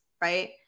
right